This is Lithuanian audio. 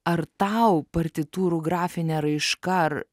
ar tau partitūrų grafinė raiška ar